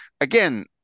again